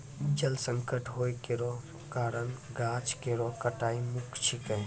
जल संकट होय केरो कारण गाछ केरो कटाई मुख्य छिकै